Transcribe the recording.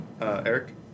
Eric